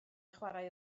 chwarae